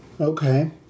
Okay